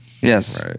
Yes